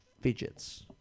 fidgets